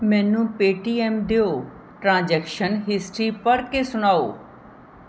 ਮੈਨੂੰ Paytm ਦਿਓ transaction history ਪੜ੍ਹ ਕੇ ਸੁਣਾਓ